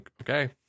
okay